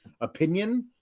opinion